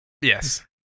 Yes